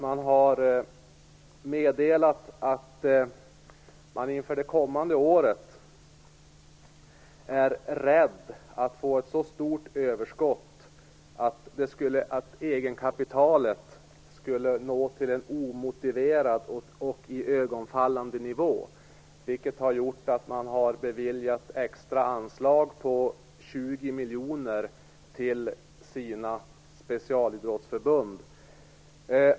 Man har meddelat att man inför det kommande året är rädd att få ett så stort överskott att egenkapitalet skulle nå en omotiverad och iögonfallande nivå, vilket har gjort att man har beviljat extra anslag på 20 miljoner till sina specialidrottsförbund.